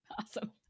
Awesome